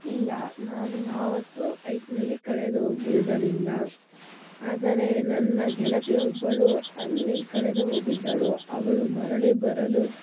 ಇಲ್ಲ ನಾನು ಯಾವತ್ತೂ ಐಕ್ನಲ್ಲಿ ಕಳೆದು ಹೋಗಿರಲಿಲ್ಲ ಆದರೆ ನನ್ನ ಗೆಳತಿ ಒಬ್ಬಳು ಅಲ್ಲಿ ಕಳೆದು ಹೋಗಿದ್ದಳು ಅವಳು ಮರಳಿ ಬರಲು